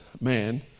man